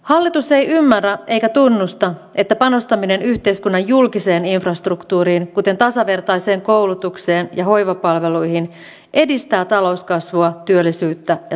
hallitus ei ymmärrä eikä tunnusta että panostaminen yhteiskunnan julkiseen infrastruktuuriin kuten tasavertaiseen koulutukseen ja hoivapalveluihin edistää talouskasvua työllisyyttä ja tasa arvoa